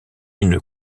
une